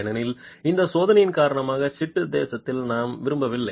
ஏனெனில் இந்த சோதனையின் காரணமாக சிட்டு சேதத்தில் நாம் விரும்பவில்லை